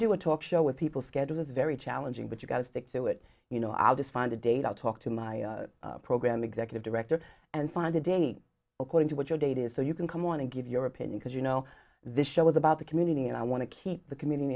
do a talk show with people schedule is very challenging but you gotta stick to it you know i'll just find a date i'll talk to my program executive director and find a date according to what your date is so you can come want to give your opinion because you know this show is about the community and i want to keep the commu